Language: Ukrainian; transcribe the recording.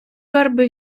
торби